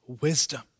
wisdom